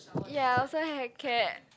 ya I also heck care